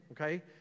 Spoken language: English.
okay